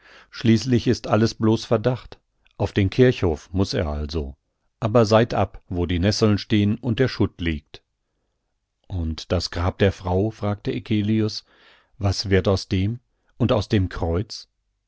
schließlich ist alles blos verdacht auf den kirchhof muß er also aber seitab wo die nesseln stehn und der schutt liegt und das grab der frau fragte eccelius was wird aus dem und aus dem kreuz